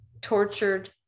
tortured